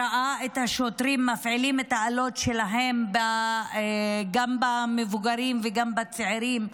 ראה את השוטרים מפעילים את האלות שלהם גם על מבוגרים וגם על צעירים,